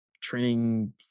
training